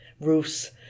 roofs